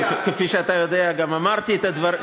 כפי שאתה יודע, גם אמרתי את הדברים,